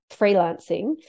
freelancing